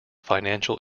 financial